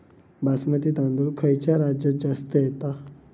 बासमती तांदूळ खयच्या राज्यात जास्त येता?